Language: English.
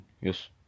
Yes